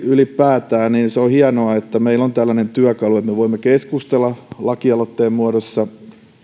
ylipäätään niin se on hienoa että meillä on tällainen työkalu että me voimme keskustella lakialoitteen muodossa